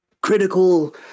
critical